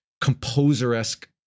composer-esque